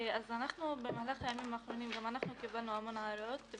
גם אנחנו קיבלנו במהלך הימים האחרונים המון הערות.